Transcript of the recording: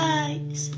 eyes